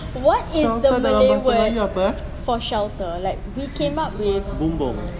what is the malay word for shelter like we came up with